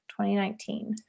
2019